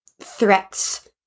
threats